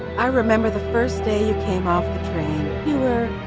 i remember the first day you came off the train. you were